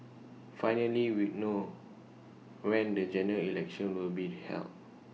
finally we know when the General Election will be held